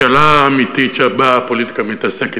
והשאלה האמיתית שבה הפוליטיקה מתעסקת